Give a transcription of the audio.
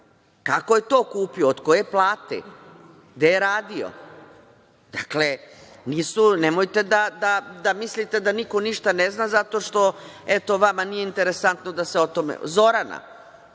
Kako je to kupio? Od koje plate? Gde je radio? Dakle, nemojte da mislite da niko ništa ne zna zato što, eto, vama nije interesantno da se o tome priča.O